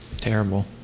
terrible